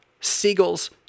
seagulls